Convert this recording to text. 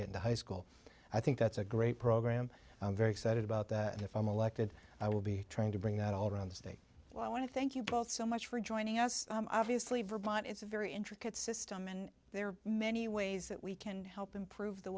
get to high school i think that's a great program i'm very excited about that if i'm elected i will be trying to bring that all around the state so i want to thank you both so much for joining us obviously vermont is a very intricate system and there are many ways that we can help improve the